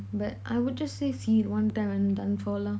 but I would just say see it one time and done for lah